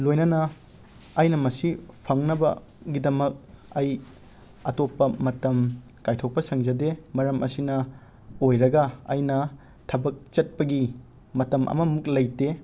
ꯂꯣꯏꯅꯅ ꯑꯩꯅ ꯃꯁꯤ ꯐꯪꯅꯕꯒꯤꯗꯃꯛ ꯑꯩ ꯑꯇꯣꯞꯄ ꯃꯇꯝ ꯀꯥꯏꯊꯣꯛꯄ ꯁꯪꯖꯗꯦ ꯃꯔꯝ ꯑꯁꯤꯅ ꯑꯣꯏꯔꯒ ꯑꯩꯅ ꯊꯕꯛ ꯆꯠꯄꯒꯤ ꯃꯇꯝ ꯑꯃꯃꯨꯛ ꯂꯩꯇꯦ